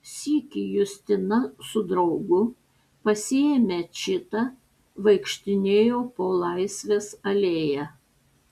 sykį justina su draugu pasiėmę čitą vaikštinėjo po laisvės alėją